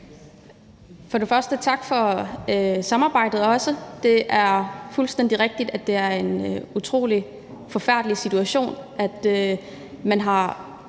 også jeg sige tak for samarbejdet. Det er fuldstændig rigtigt, at det er en utrolig forfærdelig situation, man har